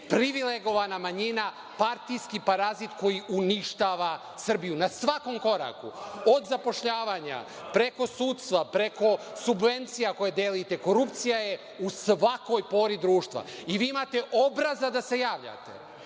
Privilegovana manjina, partijski paraziti koji uništavaju Srbiju, na svakom koraku. Od zapošljavanja preko sudstva, preko subvencija koje delite. Korupcija je u svakoj pori društva. Vi imate obraza da se javljate.